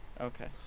Okay